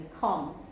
come